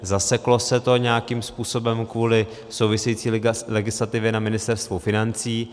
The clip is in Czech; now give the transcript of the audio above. Zaseklo se to nějakým způsobem kvůli související legislativě na Ministerstvu financí.